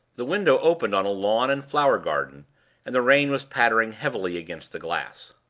the window opened on a lawn and flower-garden and the rain was pattering heavily against the glass.